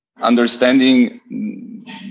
understanding